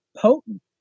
potent